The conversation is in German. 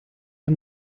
der